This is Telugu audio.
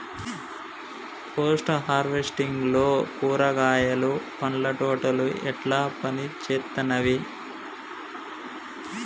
పోస్ట్ హార్వెస్టింగ్ లో కూరగాయలు పండ్ల తోటలు ఎట్లా పనిచేత్తనయ్?